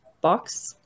box